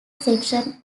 section